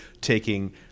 taking